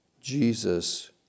jesus